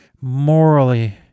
morally